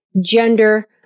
gender